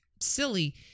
silly